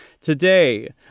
Today